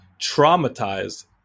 traumatized